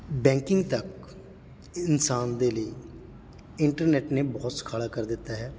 banking ਤੱਕ ਇਨਸਾਨ ਦੇ ਲਈ ਇੰਟਰਨੈੱਟ ਨੇ ਬਹੁਤ ਸੁਖਾਲਾ ਕਰ ਦਿੱਤਾ ਹੈ